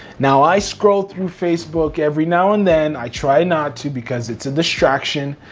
now i scroll through facebook every now and then, i try not to because it's a distraction,